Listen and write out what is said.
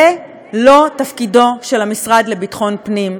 זה לא תפקידו של המשרד לביטחון פנים.